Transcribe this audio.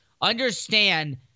Understand